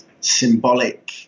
symbolic